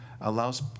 allows